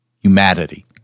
humanity